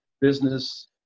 business